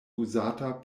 uzata